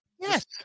Yes